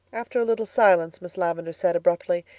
after a little silence miss lavendar said abruptly,